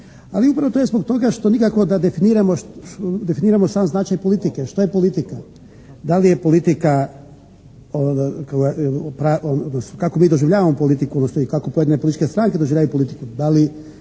Ali upravo to je zbog toga što nikako da definiramo sam značaj politike, što je politika. Da li je politika, kako mi doživljavamo politiku, odnosno i kako pojedine političke stranke doživljavaju politiku.